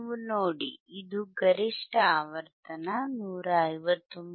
ನೀವು ನೋಡಿ ಇದು ಗರಿಷ್ಠ ಆವರ್ತನ 159